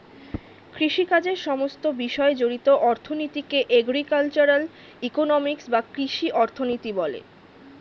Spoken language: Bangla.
কৃষিকাজের সমস্ত বিষয় জড়িত অর্থনীতিকে এগ্রিকালচারাল ইকোনমিক্স বা কৃষি অর্থনীতি বলে